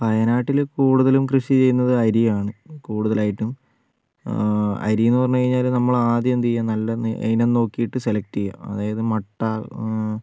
വയനാട്ടിൽ കൂടുതലും കൃഷി ചെയ്യുന്നത് അരിയാണ് കൂടുതലായിട്ടും അരിയെന്ന് പറഞ്ഞു കഴിഞ്ഞാൽ നമ്മൾ ആദ്യം എന്ത് ചെയ്യുക നല്ല ഇനം നോക്കിയിട്ട് സെലക്ട് ചെയ്യുക അതായത് മട്ട